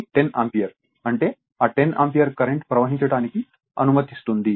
కాబట్టి 10 ఆంపియర్ అంటే ఆ 10 ఆంపియర్ కరెంట్ ప్రవహించడానికి అనుమతిస్తుంది